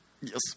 Yes